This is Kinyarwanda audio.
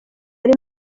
ari